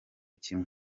kimwe